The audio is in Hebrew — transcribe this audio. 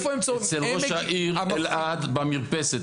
הייתי אצל ראש העיר אלעד במרפסת.